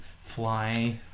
fly